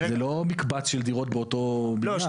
זה לא מקבץ של דירות באותו מגרש.